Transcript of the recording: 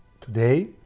today